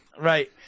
Right